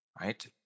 Right